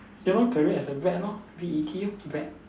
ya lor career as a vet lor V E T lor vet